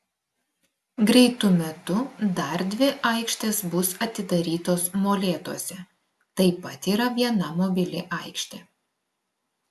greitu metu dar dvi aikštės bus atidarytos molėtuose taip pat yra viena mobili aikštė